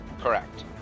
Correct